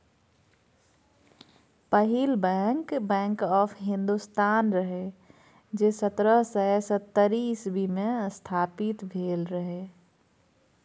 पहिल bank, bank of Hindustan रहय जे सतरह सय सत्तरि इस्बी मे स्थापित भेल रहय